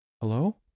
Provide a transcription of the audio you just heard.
hello